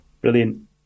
Brilliant